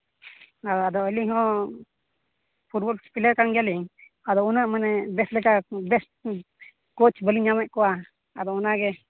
ᱟᱫᱚ ᱟᱹᱞᱤᱧ ᱦᱚᱸ ᱯᱷᱩᱴᱵᱚᱞ ᱯᱞᱮᱭᱟᱨ ᱠᱟᱱ ᱜᱮᱭᱟ ᱞᱤᱧ ᱟᱫᱚ ᱩᱱᱟᱹᱜ ᱢᱟᱱᱮ ᱵᱮᱥ ᱞᱮᱠᱟ ᱵᱮᱥ ᱠᱳᱪ ᱵᱟᱞᱤᱧ ᱧᱟᱢᱮᱫ ᱠᱚᱣᱟ ᱟᱫᱚ ᱚᱱᱟ ᱜᱮ